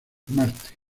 marte